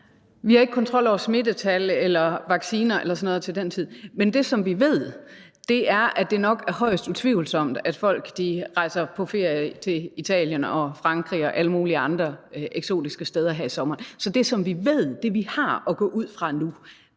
Vi har jo ikke kontrol over smittetal eller vacciner eller sådan noget til den tid. Men det, som vi ved, er, at det nok er højst tvivlsomt, at folk rejser på ferie til Italien og Frankrig og alle mulige andre eksotiske steder her i sommer. Så det, som vi ved, det, som vi har at gå ud fra nu,